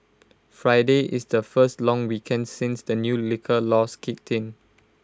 Friday is the first long weekend since the new liquor laws kicked in